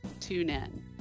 TuneIn